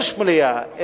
יש מליאה.